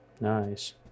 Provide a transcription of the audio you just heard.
nice